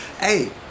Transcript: hey